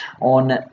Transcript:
on